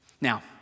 Now